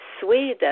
Sweden